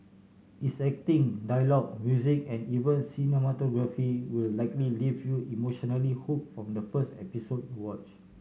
its acting dialogue music and even cinematography will likely leave you emotionally hook from the first episode you watch